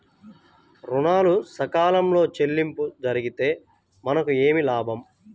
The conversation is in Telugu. ఋణాలు సకాలంలో చెల్లింపు జరిగితే మనకు ఏమి లాభం?